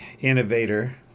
innovator